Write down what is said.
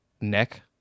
neck